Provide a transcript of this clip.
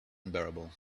unbearable